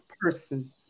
person